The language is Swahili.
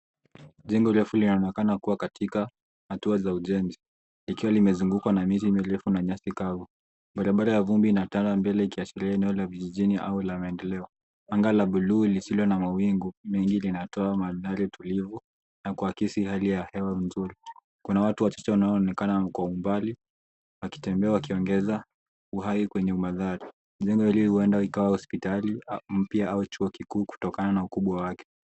Jengo refu linaonekana kuwa katika hatua za ujenzi likiwa limezungukwa na miti mirefu na nyasi kavu. Barabara ya vumbi ina tana mbili ikiashiria eneo la vijijini au la maendeleo. Anga la buluu lisilo na mawingu mingi linatoa mandhari tulivu na kuakisi hali ya hewa mzuri. Kuna watu wachache wanao onekana kwa umbali wakitembea wakiongeza uhai kwenye mandhari, jengo hili huenda ikiwa hospitali mpya au chuo kikuu kutokana na ukubwa wake.